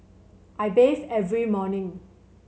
I bathe every morning